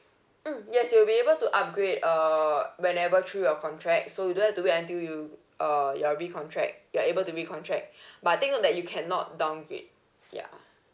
mm yes you'll be able to upgrade uh whenever through your contract so you don't have to wait until you uh your recontract you are able to recontract but I think that you cannot downgrade ya